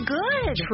good